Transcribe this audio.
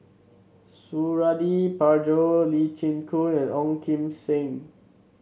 Suradi Parjo Lee Chin Koon and Ong Kim Seng